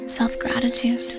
self-gratitude